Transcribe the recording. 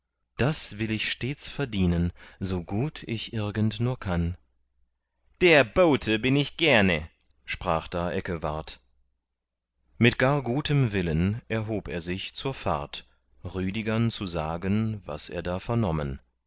das will ich stets verdienen so gut ich irgend nur kann der bote bin ich gerne sprach da eckewart mit gar gutem willen erhob er sich zur fahrt rüdigern zu sagen was er da vernommen